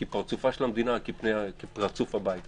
כי פרצופה של המדינה היא כפרצוף הבית הזה,